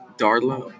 darla